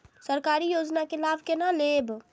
सरकारी योजना के लाभ केना लेब?